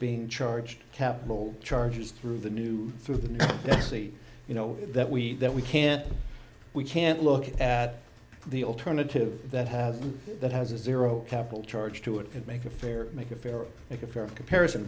being charged capital charges through the new through the new jersey you know that we that we can't we can't look at the alternative that has that has a zero capital charge to it could make a fair make a fairer make a fair comparison